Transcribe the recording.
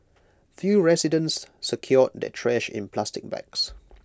few residents secured their trash in plastic bags